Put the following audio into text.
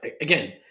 Again